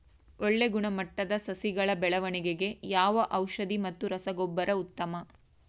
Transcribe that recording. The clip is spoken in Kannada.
ಒಳ್ಳೆ ಗುಣಮಟ್ಟದ ಸಸಿಗಳ ಬೆಳವಣೆಗೆಗೆ ಯಾವ ಔಷಧಿ ಮತ್ತು ರಸಗೊಬ್ಬರ ಉತ್ತಮ?